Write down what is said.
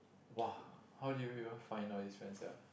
!wah! how do you even find out this one sia